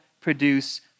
produce